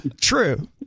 true